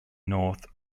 north